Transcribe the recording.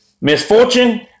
misfortune